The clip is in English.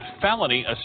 felony